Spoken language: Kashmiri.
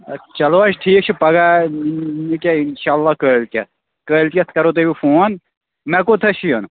اَدٕ چلو حظ ٹھیٖک چھُ پگاہ نہٕ کیٚنٛہہ اِنشاء اللہ کٲلۍکٮ۪تھ کٲلۍکٮ۪تھ کَرو تۅہہِ بہٕ فون مےٚ کوٚت حظ چھُ یُن